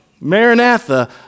Maranatha